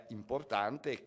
importante